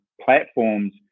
platforms